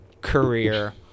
career